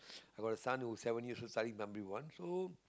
I got a son who seven years starting primary one so